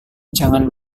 jangan